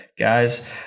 guys